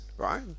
Right